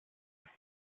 του